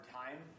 time